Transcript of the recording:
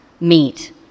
meet